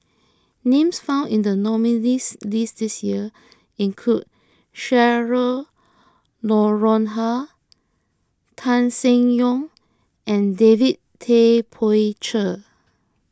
names found in the nominees' list this year include Cheryl Noronha Tan Seng Yong and David Tay Poey Cher